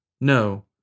No